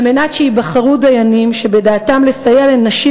על מנת שייבחרו דיינים שבדעתם לסייע לנשים